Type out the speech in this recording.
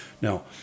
Now